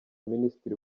minisitiri